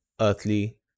earthly